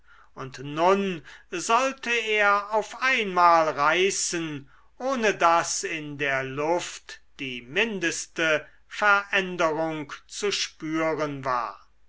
und nun sollte er auf einmal reißen ohne daß in der luft die mindeste veränderung zu spüren war